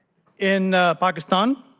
in pakistan.